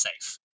safe